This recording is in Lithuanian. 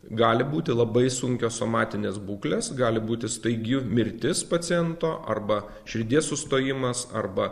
gali būti labai sunkios somatinės būklės gali būti staigi mirtis paciento arba širdies sustojimas arba